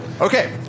Okay